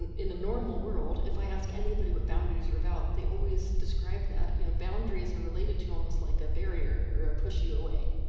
and in a normal world, if i ask anybody what boundaries are about, they always describe that, you know boundaries are related to almost like a barrier. or a push you away.